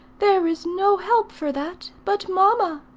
there is no help for that but mamma